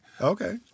Okay